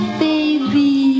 baby